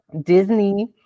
Disney